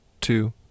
two